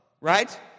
right